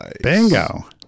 Bingo